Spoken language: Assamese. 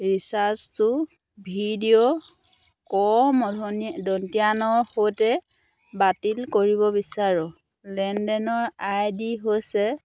ৰিচাৰ্জটো ভিডিঅ' ক মধ্য়া দন্ত্য়া নৰ সৈতে বাতিল কৰিব বিচাৰোঁ লেনদেনৰ আইডি হৈছে